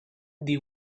the